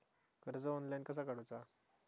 कर्ज ऑनलाइन कसा काडूचा?